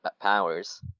powers